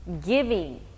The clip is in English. giving